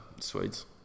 Swedes